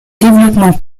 développements